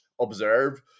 observe